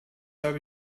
habe